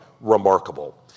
remarkable